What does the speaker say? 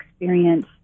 experience